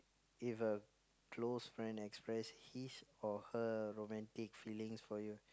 if a close friend express his or her romantic feelings for you